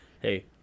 hey